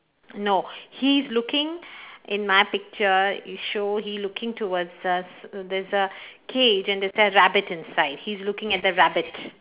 no he's looking in my picture show he looking towards a s~ there's a cage and there's a rabbit inside he's looking at the rabbit